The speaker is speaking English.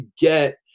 get